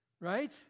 right